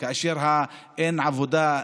כאשר אין עבודה,